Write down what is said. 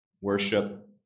worship